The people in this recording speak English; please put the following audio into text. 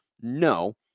No